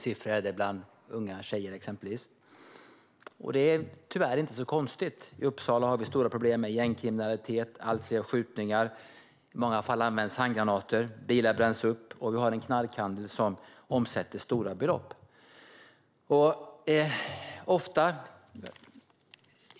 Siffran är högre bland unga tjejer, och det är tyvärr inte så konstigt. I Uppsala har vi stora problem med gängkriminalitet, allt fler skjutningar, användande av handgranater och bilar bränns upp. Knarkhandeln omsätter stora belopp.